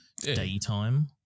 daytime